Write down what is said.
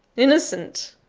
innocent!